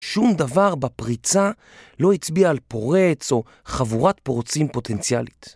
שום דבר בפריצה לא הצביע על פורץ או חבורת פורצים פוטנציאלית.